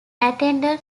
attended